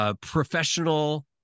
professional